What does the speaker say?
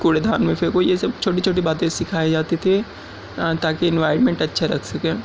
کوڑے دان میں پھینکو یہ سب چھوٹی چھوٹی باتیں سکھائی جاتی تھی تاکہ انوائرمنٹ اچھا رکھ سکے